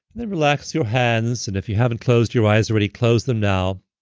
then relax your hands, and if you haven't closed your eyes already, close them now.